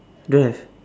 don't have